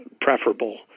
preferable